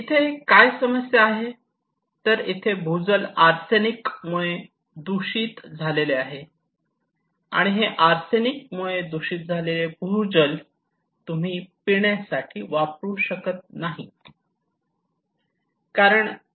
इथे काय समस्या आहे तर येथील भूजल आर्सेनिक मुळे दूषित झालेले आहे आणि हे आर्सेनिक मुळे दूषित झालेले भूजल तुम्ही पिण्यासाठी वापरू शकत नाही